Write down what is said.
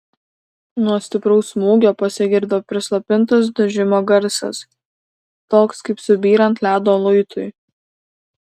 nuo stipraus smūgio pasigirdo prislopintas dužimo garsas toks kaip subyrant ledo luitui